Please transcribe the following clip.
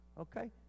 Okay